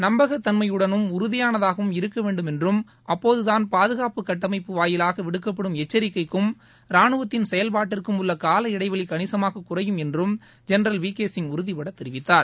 நம்பகத்தன்மையுடன் உறுதியானதாகவும் இருக்க வேண்டும் என்றும் அப்போதுதான் பாதுகாப்பு கட்டமைப்பு வாயிலாக விடுக்கப்படும் எச்சரிக்கைக்கும் ரானுவத்தின் செயல்பாட்டிற்கும் உள்ள கால இடைவெளி கணிசமாக குறையும் என்றும் ஜெனரல் வி கே சிங் உறுதிபட தெரிவித்தார்